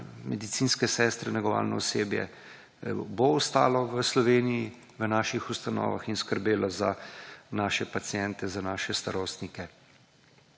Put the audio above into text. medicinske sestre, negovalno osebje bo ostalo v Sloveniji v naših ustanovah in skrbelo za naše paciente, za naše starostnike.